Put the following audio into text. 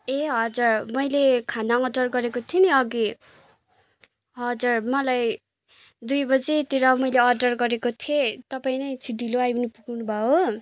ए हजुर मैले खाना अर्डर गरेको थिएँ नि अघि हजुर मलाई दुई बजीतिर मैले अर्डर गरेको थिएँ तपाईँ नै छि ढिलो आइ पुग्नु भयो हो